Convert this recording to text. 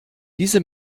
diese